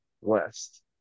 West